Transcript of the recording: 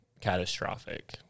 catastrophic